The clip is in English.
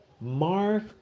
mark